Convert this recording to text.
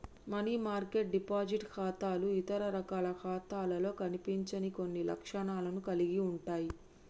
money market deposit ఖాతాలు ఇతర రకాల ఖాతాలలో కనిపించని కొన్ని లక్షణాలను కలిగి ఉంటయ్